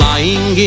Lying